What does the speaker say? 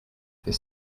their